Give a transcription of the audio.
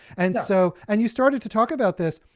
and so and you started to talk about this,